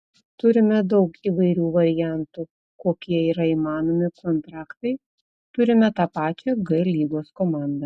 turime daug įvairių variantų kokie yra įmanomi kontraktai turime tą pačią g lygos komandą